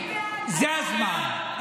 זה הזמן,